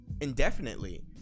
indefinitely